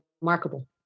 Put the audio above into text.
remarkable